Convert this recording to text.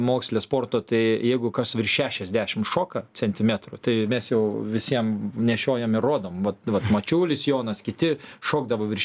moksle sporto tai jeigu kas virš šešiasdešim šoka centimetrų tai mes jau visiem nešiojam ir rodom vat vat mačiulis jonas kiti šokdavo virš